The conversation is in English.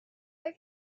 have